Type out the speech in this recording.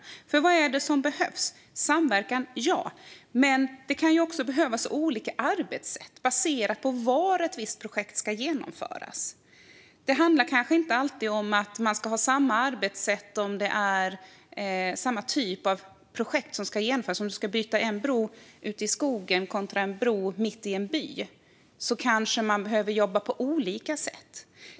Vad är det som behövs? Det behövs samverkan, men det kan också behövas olika arbetssätt baserat på var ett visst projekt ska genomföras. Det handlar kanske inte alltid om att man ska ha samma arbetssätt när det är samma typ av projekt som ska genomföras. Om man ska byta en bro ute i skogen kanske man behöver jobba på ett annat sätt än om man ska byta en bro mitt i en by.